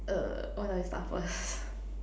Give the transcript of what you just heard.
err why do I start first